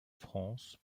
france